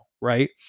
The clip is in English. Right